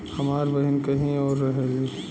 हमार बहिन कहीं और रहेली